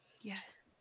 yes